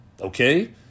okay